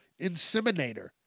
inseminator